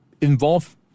involve